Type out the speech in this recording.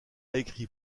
écrit